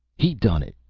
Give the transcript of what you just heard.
he done it!